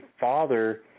father